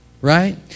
right